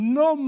no